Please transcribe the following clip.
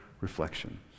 reflection